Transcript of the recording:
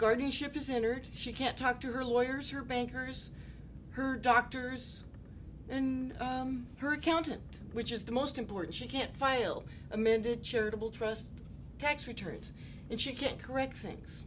guardianship to center she can't talk to her lawyers or bankers her doctors and her accountant which is the most important she can't file amended charitable trust tax returns and she can't correct things